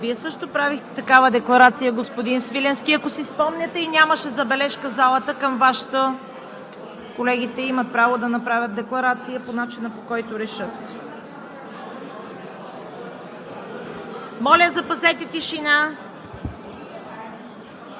Вие също правихте такава декларация, господин Свиленски, ако си спомняте, и залата нямаше забележка към Вашата. Колегите имат право да направят декларация по начина, по който решат. (Шум и реплики.) Моля, запазете тишина!